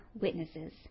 witnesses